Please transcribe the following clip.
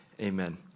Amen